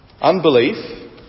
unbelief